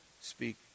speak